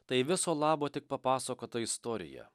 tai viso labo tik papasakota istorija